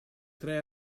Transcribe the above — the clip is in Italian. tre